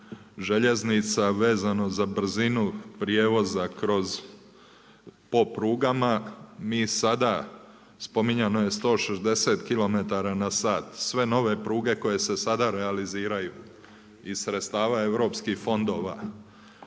željeznica vezano za brzinu prijevoza kroz, po prugama. Mi sada, spominjano je 160 km/h. Sve nove pruge koje se sada realiziraju iz sredstava europskih fondova